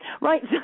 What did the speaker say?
Right